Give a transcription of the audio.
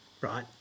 right